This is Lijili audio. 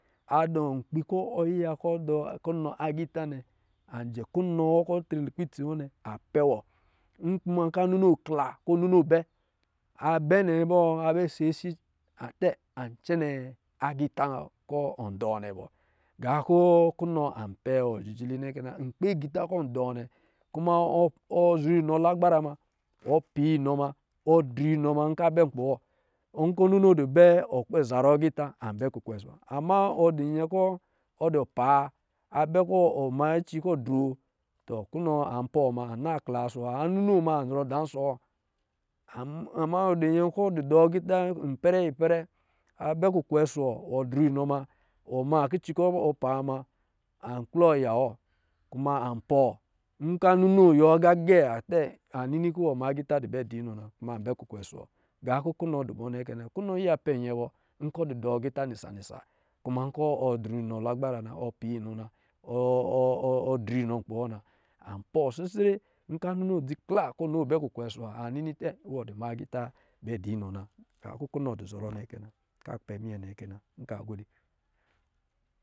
A dɔ̄ nkpi kɔ̄ dɔ̄ kunɔ agā ita anjɛ kunɔ wɔ kɔ̄ ɔ tri lukpɛ itsi wɔ nnɛ a pɛ wɔ n kuma kɔ̄ a ninoo kla, kɔ̄ ɔ ninoo a bɛ, a bɛ nnɛ yi ba? Abɛ sesi kaa tɛ an cɛnɛ aga ita kɔ̄ ɔ dɔɔ nnɛ bɔ gā kɔ̄ kunɔ anpɛ wɔ jijili nnɛ kɛna. Nkpi aga ita kɛ ɔn dɔɔ nnɛ kuma wɔ zɔrɔ inɔ lagbara muma, wɔ pa inɔ muna, wɔ dri nɔ muna nkɔ̄ a bɛ nkpi wɔ nkɔ̄ ɔ ninoo dɔ bɛ wɔ kpɛ zarɔ agā ita an bɛ kukwee ɔsɔ̄ wɔ wa. Ama ɔ dɔ̄ nyɛ kɔ̄ ɔdɔ̄ paa a bɛ kɔ̄ ɔ ma kici kɔ̄ droo kunɔ an pɔɔ munɔ ana kla ɔsɔ̄ wɔ wa a ninoo ma an zɔrɔ da nsɔ wɔ. Ama ɔ dɔ̄ nyɛ kɔ̄ a dɔ̄ agita ipɛrɛ, ipɛrɛ a bɛ kuskwe ɔsɛ wɔ wɔ droo inɔ muna, wɔ ma kici kɔ̄ ɔ pa muna an kplɔ ya wɔ, kuma an pɔɔ, nkɔ̄ a ninoo ɔ yiwɔ agā gɛ anini kɔ̄ ilwɔ ma agita dɔ bɛ da inɔ na, kuma an bɛ kukwe ɔsɔ̄ wɔ wa. Gā kɔ̄ kunɔ adɔ̄ nnɛ kɛna. Kunɔ a pɛ nyɛ bɔ nkɔ̄ ɔdɔ̄ dɔɔ agita nisa-nisa ɔ zɔrɔ inɔ lagbarana ɔ paa inɔ na ɔ dri nɔ nkpi wɔ na an pɔɔ sisɛrɛ nkɔ̄ a nɔɔ dzi kla kɔ̄ nini abɛ kukwe ɔsɔ̄ wɔ aninit tɛ iwɔ dɛ ma agā ita bɛ dɔ̄ inɔ na ga kɔ̄ kunɔ dɔ̄ zɔrɔ nnɛ kɛ na, kɔ̄ a dɔ̄ pɛ minyɛ nnɛ kɛna nka gbeede.